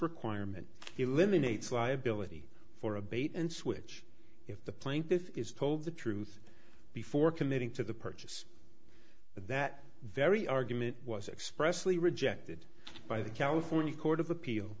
requirement eliminates liability for a bait and switch if the plaintiff is told the truth before committing to the purchase that very argument was expressly rejected by the california court of appeal